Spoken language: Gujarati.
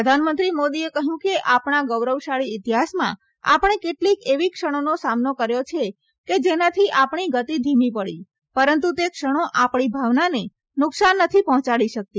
પ્રધાનમંત્રી મોદીએ કહ્યું કે આપણા ગૌરવશાળી ઈતિહાસમાં આપણે કેટલીક એવી ક્ષણોનો સામનો કર્યો છે કે જેનાથી આપણી ગતિ ધીમી પડી પરંતુ તે ક્ષણો આપણી ભાવનાને નુકસાન નથી પહોંચાડી શકતી